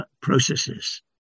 processes